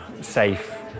safe